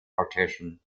partition